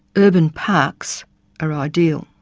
urban parks are ideal.